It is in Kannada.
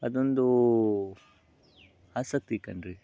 ಅದೊಂದು ಆಸಕ್ತಿ ಕಣ್ರಿ